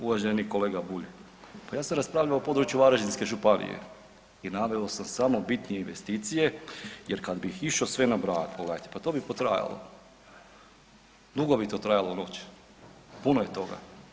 Uvaženi kolega Bulj, pa ja sam raspravljao o području Varaždinske županije i naveo sam samo bitne investicije jer kad bih išao sve nabrajati pa to bi potrajalo, dugo bi to trajalo u noć, puno je toga.